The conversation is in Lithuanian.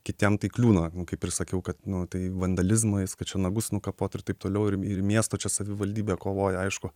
kitiem tai kliūna kaip ir sakiau kad nu tai vandalizmas kad čia nagus nukapot ir taip toliau ir ir miesto čia savivaldybė kovoja aišku